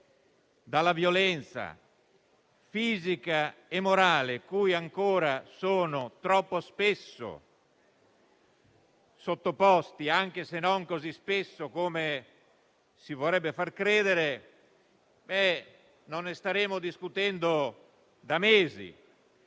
dalla violenza fisica e morale cui ancora sono troppo spesso sottoposte, anche se non così spesso come si vorrebbe far credere, non ne staremmo discutendo da mesi.